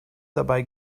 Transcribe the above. dabei